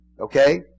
Okay